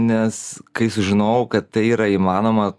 nes kai sužinojau kad tai yra įmanoma